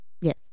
Yes